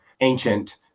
ancient